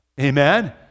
amen